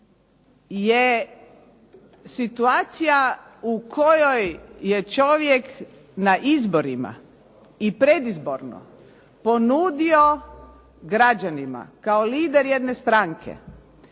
je situacija u kojoj je čovjek na izborima i predizborno ponudio građanima kao lider jedne stranke